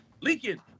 leaking